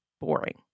boring